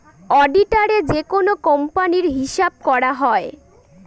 অডিটারে যেকোনো কোম্পানির হিসাব করা হয়